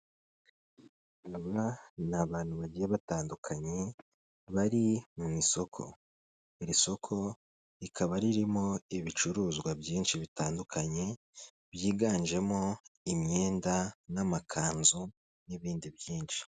Aba ni abantu bagiye batandukanye bari mu isoko. Iri soko rikaba ririmo ibicuruzwa byinshi bitandukanye byiganjemo imyenda n'amakanzu n'ibindi byinshi.